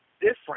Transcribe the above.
different